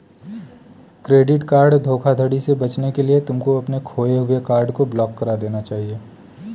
credit card धोखाधड़ी से बचने के लिए तुमको अपने खोए हुए कार्ड को ब्लॉक करा देना चाहिए